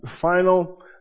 final